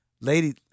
Lady